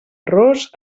errors